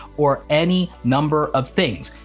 or any number of things.